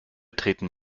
treten